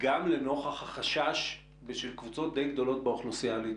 גם לנוכח החשש של קבוצות די גדולות באוכלוסייה להתחסן.